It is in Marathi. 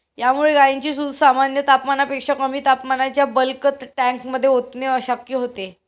यामुळे गायींचे दूध सामान्य तापमानापेक्षा कमी तापमानाच्या बल्क टँकमध्ये ओतणे शक्य होते